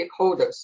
stakeholders